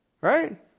Right